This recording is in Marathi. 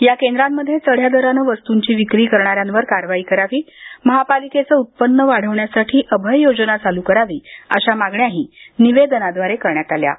या केंद्रांमध्ये चढ्या दराने वस्तूंची विक्री करणाऱ्यांवर कारवाई करावी महापालिकेचे उत्पन्न वाढवण्यासाठी अभय योजना चालू करावी आदी मागण्याही निवेदनाद्वारे करण्यात आल्या आहेत